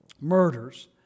murders